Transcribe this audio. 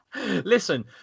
Listen